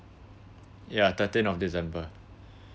ya thirteen of december